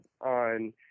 on